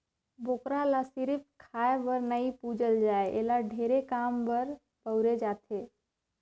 बोकरा ल सिरिफ खाए बर नइ पूजल जाए एला ढेरे काम बर बउरे जाथे